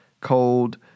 cold